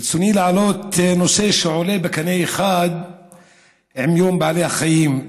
ברצוני להעלות נושא שעולה בקנה אחד עם יום בעלי החיים.